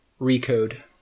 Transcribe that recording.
recode